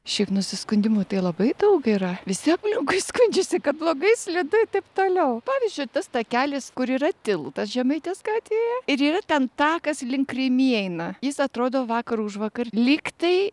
šiaip nusiskundimų tai labai daug yra visi aplinkui skundžiasi kad blogai slidu i taip toliau pavyzdžiui tas takelis kur yra tiltas žemaitės gatvėje ir yra ten takas link rimi eina jis atrodo vakar užvakar lyg tai